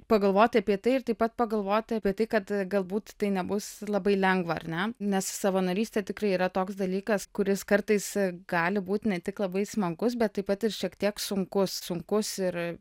pagalvot apie tai ir taip pat pagalvot apie tai kad galbūt tai nebus labai lengva ar ne nes savanorystė tikrai yra toks dalykas kuris kartais gali būt ne tik labai smagus bet taip pat ir šiek tiek sunkus sunkus ir